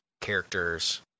characters